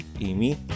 Amy